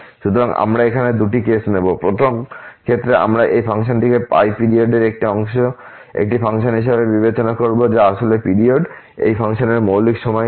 সুতরাং আমরা এখানে দুটি কেস নেব প্রথম ক্ষেত্রে আমরা এই ফাংশনটিকে পিরিয়ডের একটি ফাংশন হিসেবে বিবেচনা করব যা আসলে পিরিয়ড এই ফাংশনের মৌলিক সময়কাল